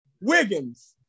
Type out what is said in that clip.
Wiggins